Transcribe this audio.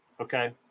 Okay